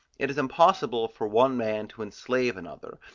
it is impossible for one man to enslave another,